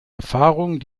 erfahrungen